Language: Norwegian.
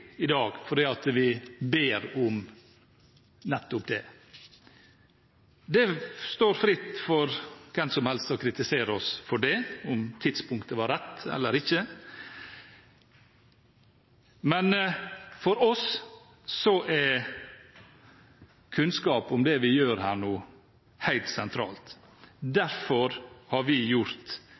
i dag fordi vi ber om nettopp det. Det står hvem som helst fritt å kritisere oss for det, om tidspunktet var rett eller ikke, men for oss er kunnskap om det vi gjør nå, helt sentralt. Derfor har vi gjort